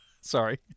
Sorry